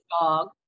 dog